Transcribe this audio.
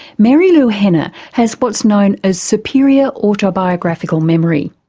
marilu henner has what's known as superior autobiographical memory.